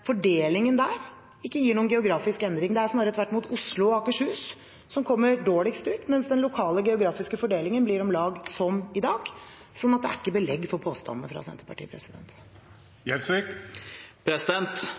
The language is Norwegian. fordelingen der ikke gir noen geografisk endring. Det er snarere Oslo og Akershus som kommer dårligst ut, mens den lokale geografiske fordelingen blir om lag som i dag. Så det er ikke belegg for påstandene fra Senterpartiet.